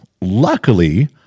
Luckily